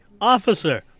officer